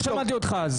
ולא שמעתי אותך אז.